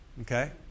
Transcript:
Okay